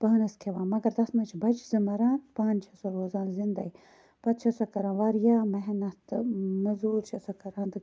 پانَس کھیٚوان مگر تتھ مَنٛذ چھِ بَچہِ زٕ مَران پانہٕ چھ سۄ روزان زِندے پَتہٕ چھِ سۄ کَران واریاہ محنت موٚزورۍ چھِ سۄ کَران تہٕ